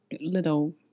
little